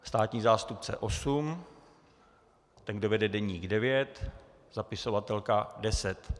Státní zástupce osm, ten, kdo vede deník devět, zapisovatelka deset.